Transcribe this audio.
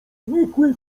znikły